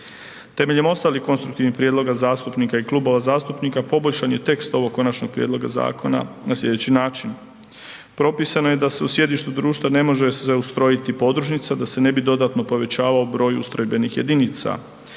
Temeljem ostalih konstruktivnih prijedloga zastupnika i klubova zastupnika poboljšan je tekst ovog konačnog prijedloga zakona na sljedeći način. Propisano je da se u sjedištu društva ne može se ustrojiti podružnica da se ne bi dodatno povećavao broj ustrojbenih jedinica.